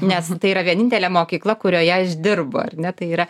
nes tai yra vienintelė mokykla kurioje aš dirbu ar ne tai yra